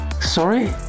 Sorry